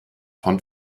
von